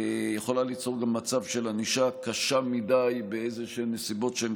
היא יכולה ליצור גם מצב של ענישה קשה מדי באיזשהן נסיבות שהן